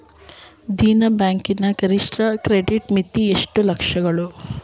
Dena bank ನ ಗರಿಷ್ಠ credit ಮಿತಿ ಎಷ್ಟು ಲಕ್ಷಗಳು?